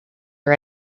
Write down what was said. are